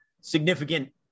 significant